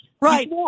Right